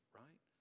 right